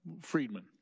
Friedman